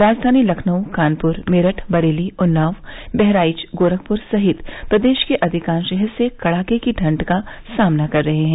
राजधानी लखनऊ कानपुर मेरठ बरेली उन्नाव बहराइच गोरखपुर सहित प्रदेश के अधिकांश हिस्से कड़ाके की ठंड का सामना कर रहे हैं